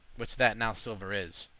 which that now silver is.